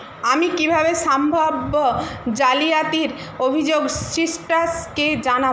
আমি কীভাবে সম্ভাব্য জালিয়াতির অভিযোগ সিস্টাসকে জানাবো